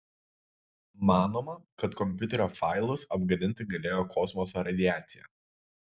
manoma kad kompiuterio failus apgadinti galėjo kosmoso radiacija